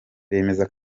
bemeza